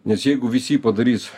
nes jeigu visi padarys